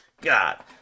god